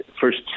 first